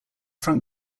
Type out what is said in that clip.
front